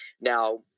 Now